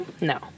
No